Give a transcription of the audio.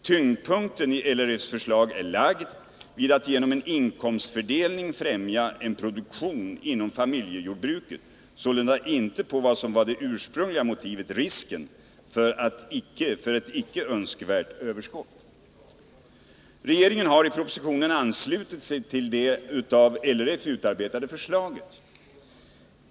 Tyngdpunkten i LRF:s förslag är lagd vid att genom en inkomstfördelning främja en produktion inom familjejordbruket, sålunda inte vid vad som var det ursprungliga motivet, att minska risken för ett icke önskvärt överskott. Regeringen har i propositionen anslutit sig till det av LRF utarbetade förslaget.